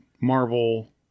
Marvel